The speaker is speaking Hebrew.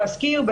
להשכיר,